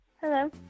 Hello